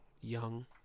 young